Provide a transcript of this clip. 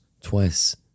twice